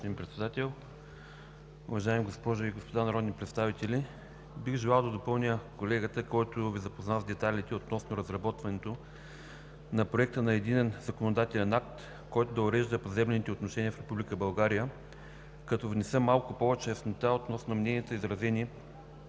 Уважаеми господин Председател, уважаеми госпожи и господа народни представители! Бих желал да допълня колегата, който ни запозна с детайлите относно разработването на проект на единен законодателен акт, който да урежда поземлените отношения в Република България, като внесе малко повече яснота относно мненията, изразени